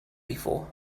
before